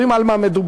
יודעים על מה מדובר.